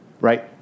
Right